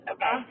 Okay